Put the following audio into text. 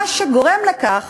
מה שגורם לכך